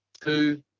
two